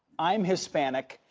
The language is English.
i am hispanic.